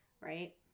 Right